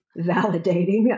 validating